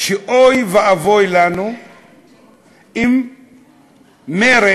שאוי ואבוי לנו אם מרצ